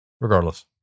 regardless